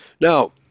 Now